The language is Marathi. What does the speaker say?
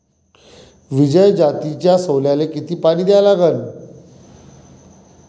विजय जातीच्या सोल्याले किती पानी द्या लागन?